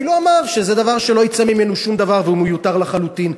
אפילו אמר שזה דבר שלא יצא ממנו שום דבר והוא מיותר לחלוטין,